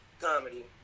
comedy